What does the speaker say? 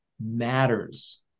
matters